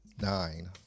Nine